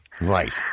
Right